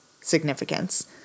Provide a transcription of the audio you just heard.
significance